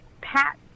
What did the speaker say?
pat